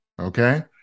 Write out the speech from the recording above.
Okay